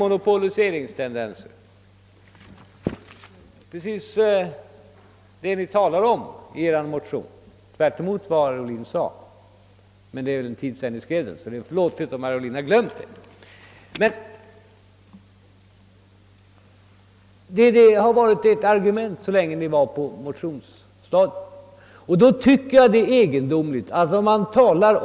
monopoliseringstendenser. Tvärtemot vad herr Ohlin påstod talar ni om sådant i er motion — men det är ju en tid sedan den skrevs så det är kanske förlåtligt om herr Ohlin har glömt det. På motionsstadiet utgjorde alltså detta med monopol ett argument.